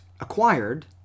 acquired